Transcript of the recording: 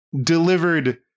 delivered –